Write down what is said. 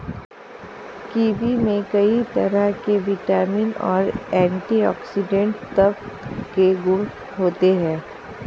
kiwi में कई तरह के विटामिन और एंटीऑक्सीडेंट तत्व के गुण होते है